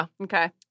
Okay